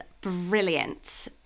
brilliant